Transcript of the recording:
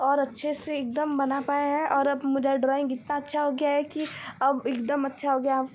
और अच्छे से एकदम बना पाए हैं और अब मेरा ड्रॉइंग इतना अच्छा हो गया है कि अब एकदम अच्छा हो गया अब